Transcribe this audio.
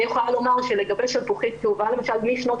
אני יכולה לומר שלגבי שלפוחית כאובה משנות